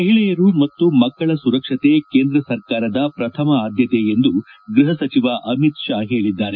ಮಹಿಳೆಯರು ಮತ್ತು ಮಕ್ಕಳ ಸುರಕ್ಷತೆ ಕೇಂದ್ರ ಸರ್ಕಾರದ ಪ್ರಥಮ ಆದ್ಯತೆ ಎಂದು ಗೃಹ ಸಚಿವ ಅಮಿತ್ ಶಾ ಹೇಳಿದ್ದಾರೆ